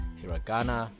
hiragana